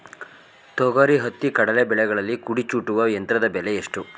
ತೊಗರಿ, ಹತ್ತಿ, ಕಡಲೆ ಬೆಳೆಗಳಲ್ಲಿ ಕುಡಿ ಚೂಟುವ ಯಂತ್ರದ ಬೆಲೆ ಎಷ್ಟು?